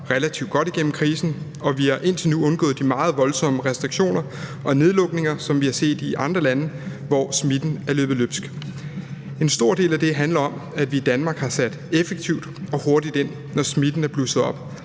relativt godt igennem krisen, og vi har indtil nu undgået de meget voldsomme restriktioner og nedlukninger, som vi har set i andre lande, hvor smitten er løbet løbsk. En stor del af det handler om, at vi i Danmark har sat effektivt og hurtigt ind, når smitten er blusset op.